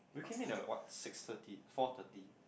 we came in at like what six thirty four thirty